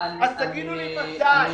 אז תגידו לי מתי.